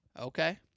Okay